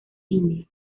india